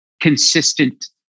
consistent